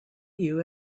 you